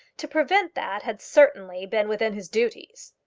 to prevent that had certainly been within his duties.